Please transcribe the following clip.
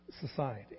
society